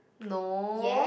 no